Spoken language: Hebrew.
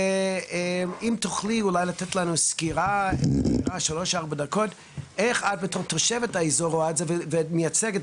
אם תוכלי לתת לנו סקירה איך את בתור תושבת האזור רואה את זה ומייצגת.